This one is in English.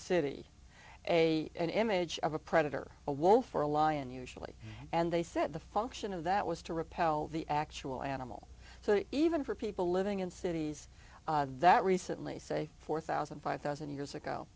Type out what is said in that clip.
city a an image of a predator a wolf or a lion usually and they said the function of that was to repel the actual animal so even for people living in cities that recently say four million five thousand years ago